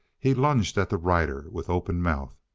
he lunged at the rider with open mouth.